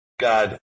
God